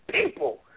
people